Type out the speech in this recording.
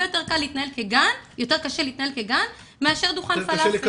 יותר קשה להתנהל כגן מאשר כדוכן פלאפל.